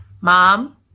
mom